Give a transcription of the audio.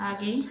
आगे